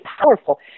powerful